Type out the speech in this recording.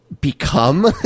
become